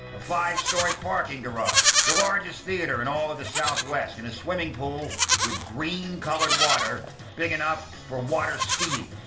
a five-storey parking garage, the largest theatre in all of the southwest and a swimming pool with green-coloured water big enough for water skiing.